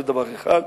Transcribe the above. זה דבר אחד.